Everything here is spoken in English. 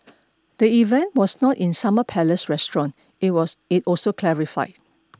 the event was not in Summer Palace restaurant it was it also clarified